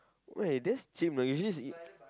eh that's cheap you know usually it's it